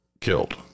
killed